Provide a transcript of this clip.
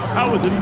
i